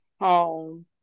home